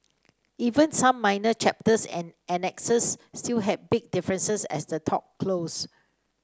even some minor chapters and annexes still had big differences as the talks closed